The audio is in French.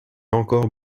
encore